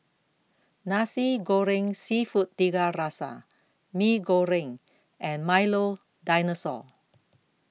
Nasi Goreng Seafood Tiga Rasa Mee Goreng and Milo Dinosaur